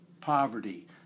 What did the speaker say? poverty